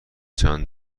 چند